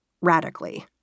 radically